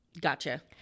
Gotcha